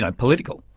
ah political?